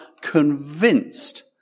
convinced